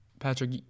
Patrick